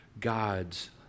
God's